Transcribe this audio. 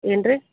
ಏನು ರಿ